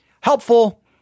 helpful